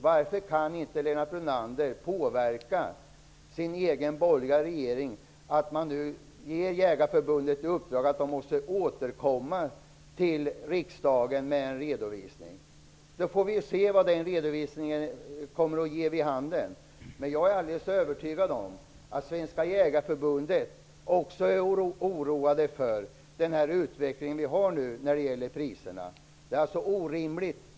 Varför kan Lennart Brunander inte påverka sin egen borgerliga regering så att man ger Jägareförbundet i uppdrag att återkomma till riksdagen med en redovisning? Sedan får vi se vad den redovisningen ger vid handen. Jag är alldeles övertygad om att man i Svenska jägareförbundet också är oroad över nuvarande utveckling när det gäller priserna.